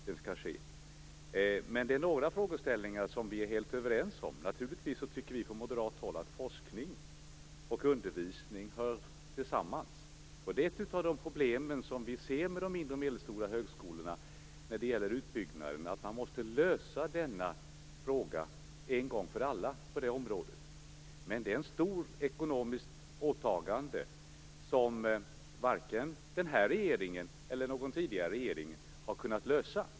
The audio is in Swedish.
Men det finns några frågeställningar som vi är helt överens om. Naturligtvis tycker vi från moderat håll att forskning och undervisning hör samman. Ett av de problem vi ser med de mindre och medelstora högskolorna när det gäller utbyggnaden är att man måste lösa denna fråga en gång för alla. Men det är ett stort ekonomiskt åtagande, som varken den här regeringen eller någon tidigare regering har kunnat lösa.